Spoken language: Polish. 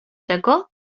tego